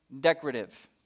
decorative